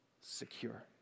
secure